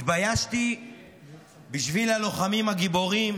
התביישתי בשביל הלוחמים הגיבורים,